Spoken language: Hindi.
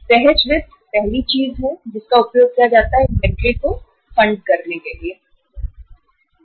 अब सहज वित्त पहली चीज है जिसका उपयोग इन्वेंट्री को फंड करने के लिए किया जाता है